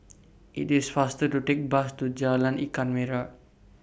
IT IS faster to Take Bus to Jalan Ikan Merah